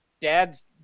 Dad's